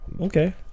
Okay